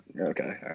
okay